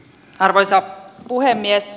arvoisa puhemies